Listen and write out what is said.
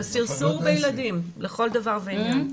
זה סרסור בילדים, לכל דבר ועניין.